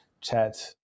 chat